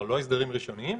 כלומר לא הסדרים ראשוניים,